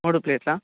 మూడు ప్లేట్లా